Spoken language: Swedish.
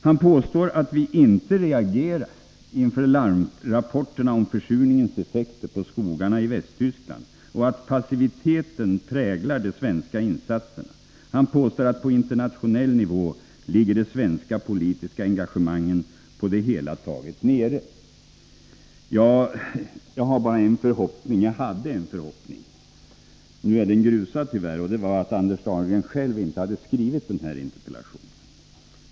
Han påstår att vi inte reagerar inför larmrapporterna om försurningens effekter på skogarna i Västtyskland och att passiviteten präglar de svenska insatserna. Han påstår att de svenska politiska engagemangen på internationell nivå på det hela taget ligger nere. Jag har bara en förhoppning — jag hade en förhoppning, nu är den tyvärr grusad — nämligen att Anders Dahlgren inte själv hade skrivit den här interpellationen.